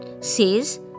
says